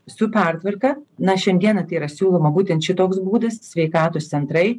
su pertvarka na šiandieną tai yra siūloma būtent šitoks būdas sveikatos centrai